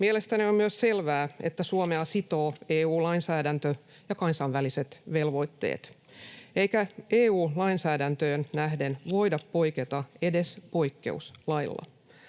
Mielestäni on myös selvää, että Suomea sitovat EU-lainsäädäntö ja kansainväliset velvoitteet eikä EU-lainsäädäntöön nähden voida poiketa edes poikkeuslailla.